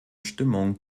stimmung